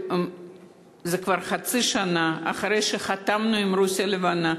זה כבר חצי שנה אחרי שחתמנו עם רוסיה הלבנה